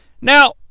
Now